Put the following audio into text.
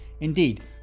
Indeed